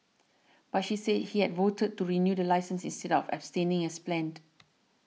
but she said he had voted to renew the licence instead of abstaining as planned